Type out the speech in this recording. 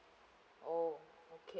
oh